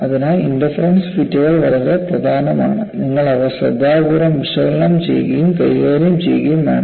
അതിനാൽ ഇൻറർഫറൻസ് ഫിറ്റുകൾ വളരെ പ്രധാനമാണ് നിങ്ങൾ അവ ശ്രദ്ധാപൂർവ്വം വിശകലനം ചെയ്യുകയും കൈകാര്യം ചെയ്യുകയും വേണം